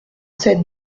sept